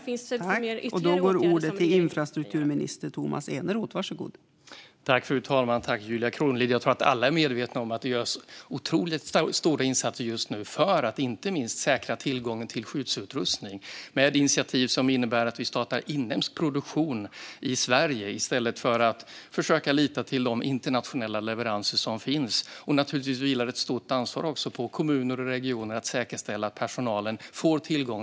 Vilka ytterligare åtgärder kan regeringen vidta?